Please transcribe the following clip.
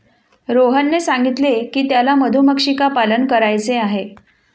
रोहनने सांगितले की त्याला मधुमक्षिका पालन करायचे आहे